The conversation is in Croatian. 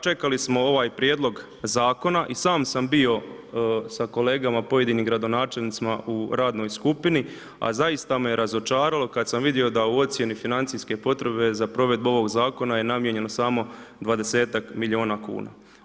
Čekali smo ovaj prijedlog zakona i sam sam bio sa kolegama pojedinim gradonačelnicima u radnoj skupini, a zaista me razočaralo kad sam vidio da u ocjeni financijske potrebe za provedbu ovog zakona je namijenjeno samo 20ak milijuna kuna.